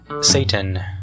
satan